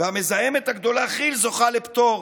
והמזהמת הגדולה כי"ל זוכה לפטור.